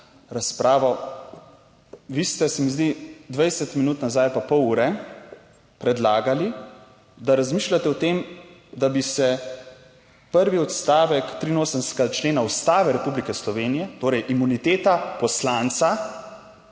razpravo. Vi ste se mi zdi 20 minut nazaj pa pol ure predlagali, da razmišljate o tem, da bi se prvi odstavek 83. člena Ustave Republike Slovenije, torej imuniteta poslanca,